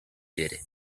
did